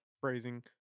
phrasing